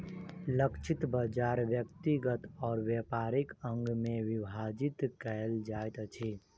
लक्षित बाजार व्यक्तिगत और व्यापारिक अंग में विभाजित कयल जाइत अछि